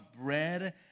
bread